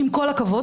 עם כל הכבוד.